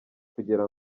kugira